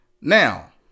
Now